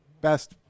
best